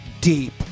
Deep